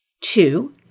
Two